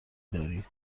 داری